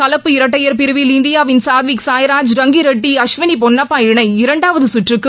கலப்பு இரட்டையர் பிரிவில் இந்தியாவின் சாத்விக் சாய்ராஜ் ரங்கிரெட்டி அஸ்வினி பொன்னப்பா இணை இரண்டாவது சுற்றுக்கு முன்னேறியுள்ளது